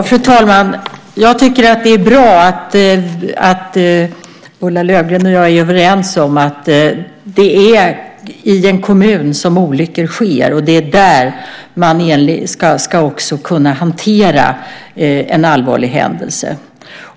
Fru talman! Jag tycker att det är bra att Ulla Löfgren och jag är överens om att det är i en kommun som olyckor sker, och det är där man också ska kunna hantera en allvarlig händelse.